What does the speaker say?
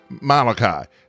Malachi